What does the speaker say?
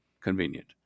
convenient